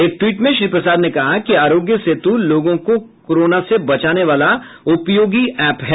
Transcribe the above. एक ट्वीट में श्री प्रसाद ने कहा कि आरोग्य सेतु लोगों को कोरोना से बचाने वाला उपयोगी ऐप है